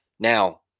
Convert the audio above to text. Now